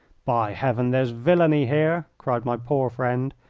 by heaven, there's villainy here! cried my poor friend,